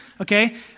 okay